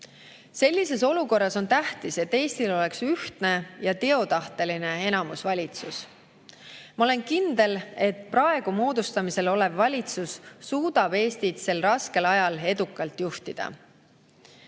Sellises olukorras on tähtis, et Eestil oleks ühtne ja teotahteline enamusvalitsus. Ma olen kindel, et praegu moodustamisel olev valitsus suudab Eestit sel raskel ajal edukalt juhtida. Headel